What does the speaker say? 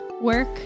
work